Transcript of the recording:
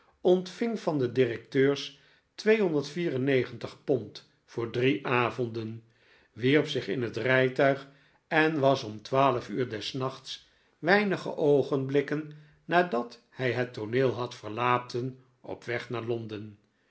ontving van de directeurs pond voor drie avonden wierp zich in het rijtuig en was om twaalf uur des nachts weinige oogenblikken nadat hij het tooneel had verlaten op weg naar londen